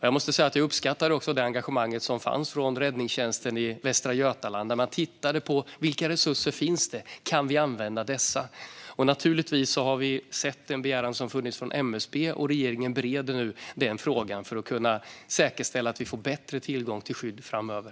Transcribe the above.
Jag uppskattar också det engagemang som fanns från räddningstjänsten i Västra Götaland, där man tittade på vilka resurser som fanns och om man kunde använda dessa. Naturligtvis har vi sett den begäran som funnits från MSB. Regeringen bereder nu den frågan för att kunna säkerställa att vi får bättre tillgång till skydd framöver.